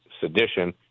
sedition